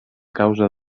causa